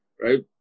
right